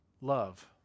Love